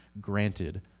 granted